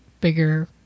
bigger